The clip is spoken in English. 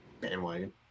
Bandwagon